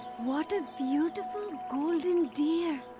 what a beautiful golden deer!